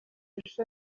irusha